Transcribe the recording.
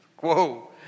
Whoa